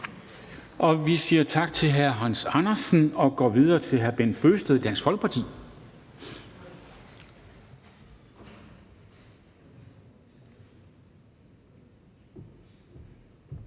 Vi siger tak til hr. Hans Andersen og går videre til hr. Bent Bøgsted, Dansk Folkeparti.